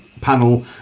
panel